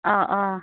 অঁ অঁ